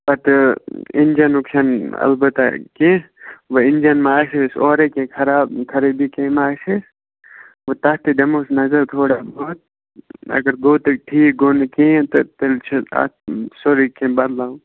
پَتہٕ اِنجَنُک چھِنہٕ البتہ کیٚنٛہہ وۅنۍ اِنجَن ما آسہِ ہَس اورَے کیٚنٛہہ خراب خرٲبی کیٚنٛہہ ما آسہِ ہے وۅنی تَتھ تہِ دِمہوس نظر تھوڑا بہت اگر گوٚو تۄہہِ ٹھیٖک گوٚو نہٕ کِہیٖنٛۍ تہٕ تیٚلہِ چھِ اَتھ سورُے کیٚنٛہہ بَدلاوُن